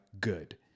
good